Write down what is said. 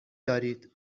دارید